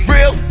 Real